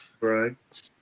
right